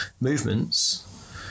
movements